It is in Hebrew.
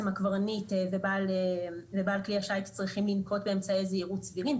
הקברניט ובעל כלי השיט צריכים לנקוט באמצעי זהירות סבירים.